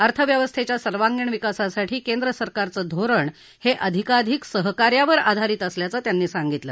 अर्थव्यवस्थेच्या सर्वांगिण विकासासाठी केंद्र सरकारचं धोरण हे अधिकाधिक सहकार्यावर आधारित असल्याचं त्यांनी सांगितलं